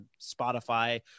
Spotify